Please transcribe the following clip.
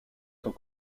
tant